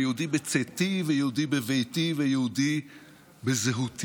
אני יהודי בצאתי ויהודי בביתי ויהודי בזהותי.